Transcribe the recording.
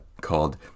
called